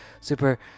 super